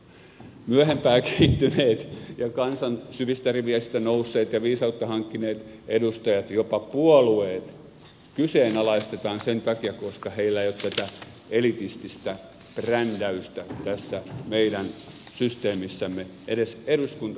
myöhempään kehittyneet ja kansan syvistä riveistä nousseet ja viisautta hankkineet edustajat jopa puolueet kyseenalaistetaan sen takia koska heillä ei ole tätä elitististä brändäystä tässä meidän systeemissämme edes eduskunta ja parlamentaaritasolla